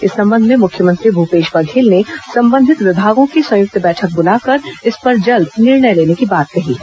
इस संबंध में मुख्यमंत्री भूपेश बघेल ने संबंधित विभागों की संयुक्त बैठक बुलाकर इस पर जल्द निर्णय लेने की बात कही है